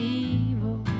evil